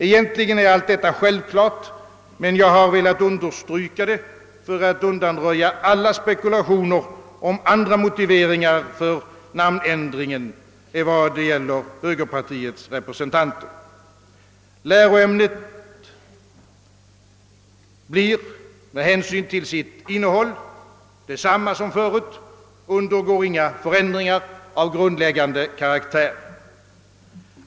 Egentligen är allt detta självklart, men jag har velat understryka det för att undanröja alla spekulationer om andra motiveringar till namnändringen vad beträffar högerpartiets representanter. Läroämnet blir med hänsyn till sitt innehåll detsamma som förut och undergår inga förändringar av grundläggande karaktär.